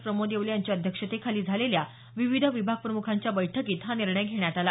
प्रमोद येवले यांच्या अध्यक्षतेखाली झालेल्या विविध विभागप्रमुखांच्या बैठकीत हा निर्णय घेण्यात आला